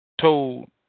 told